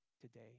today